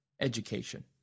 education